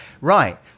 Right